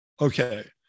Okay